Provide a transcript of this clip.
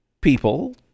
people